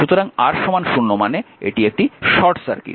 সুতরাং R 0 মানে এটি একটি শর্ট সার্কিট